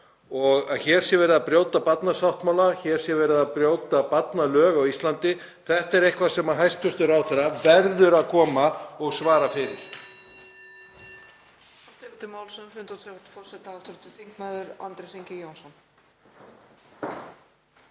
Og að hér sé verið að brjóta barnasáttmála, hér sé verið að brjóta barnalög á Íslandi er eitthvað sem hæstv. ráðherra verður að koma og svara fyrir.